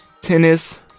Tennis